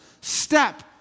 step